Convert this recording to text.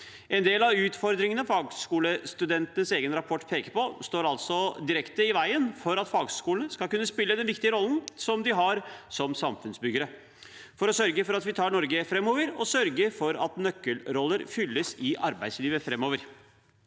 En del av utfordringene fagskolestudentenes egen rapport peker på, står altså direkte i veien for at fagskolene skal kunne spille den viktige rollen de har som samfunnsbyggere for å sørge for at vi tar Norge framover, og for at nøkkelroller fylles i arbeidslivet framover.